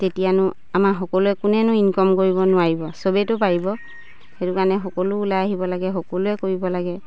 তেতিয়ানো আমাৰ সকলোৱে কোনেনো ইনকম কৰিব নোৱাৰিব চবেইটো পাৰিব সেইটো কাৰণে সকলো ওলাই আহিব লাগে সকলোৱে কৰিব লাগে